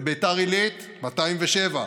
בביתר עילית, 207,